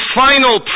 final